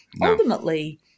ultimately